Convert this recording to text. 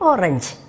Orange